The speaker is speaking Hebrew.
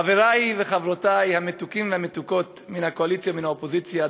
חברי וחברותי המתוקים והמתוקות מן הקואליציה ומן האופוזיציה,